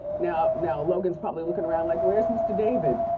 now now logan's probably looking around like, where's mr. david?